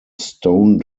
stone